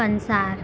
કંસાર